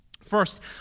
First